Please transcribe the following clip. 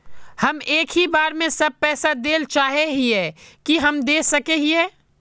हम एक ही बार सब पैसा देल चाहे हिये की हम दे सके हीये?